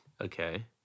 Okay